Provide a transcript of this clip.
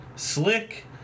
Slick